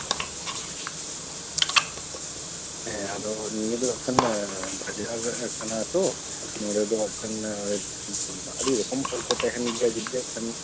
ᱦᱮᱸ ᱟᱫᱚ ᱱᱤᱭᱟᱹ ᱫᱚ ᱦᱟᱸᱜ ᱠᱷᱟᱱ ᱵᱟᱡᱟᱨ ᱠᱟᱱᱟ ᱛᱚ ᱱᱚᱸᱰᱮ ᱫᱚ ᱦᱟᱸᱜ ᱠᱷᱟᱱ ᱟᱹᱰᱤ ᱨᱚᱠᱚᱢ ᱦᱚᱲ ᱠᱚ ᱛᱟᱦᱮᱱ ᱜᱮᱭᱟ ᱡᱩᱫᱤ ᱦᱟᱸᱜ ᱠᱷᱟᱱ